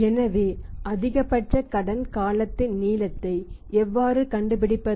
எனவே அதிகபட்ச கடன் காலத்தின் நீளத்தை எவ்வாறு கண்டுபிடிப்பது